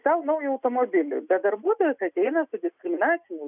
sau naujų automobilį bet darbuotojas ateina su diskriminaciniu